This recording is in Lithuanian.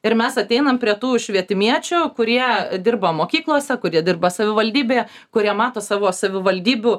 ir mes ateinam prie tų švietimiečių kurie dirba mokyklose kurie dirba savivaldybėje kurie mato savo savivaldybių